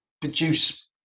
produce